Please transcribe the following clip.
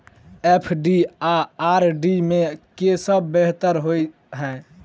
FD आ RD मे केँ सा बेहतर होइ है?